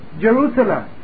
Jerusalem